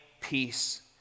peace